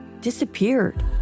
disappeared